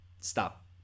stop